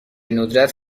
ندرت